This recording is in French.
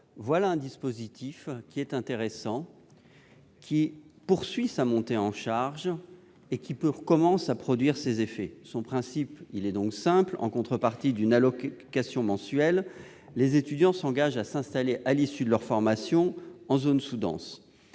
Voilà un dispositif intéressant, qui poursuit sa montée en charge et commence à produire ses effets. Son principe est simple : en contrepartie d'une allocation mensuelle, les étudiants s'engagent à s'installer à l'issue de leur formation en zone sous-dense.